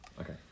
Okay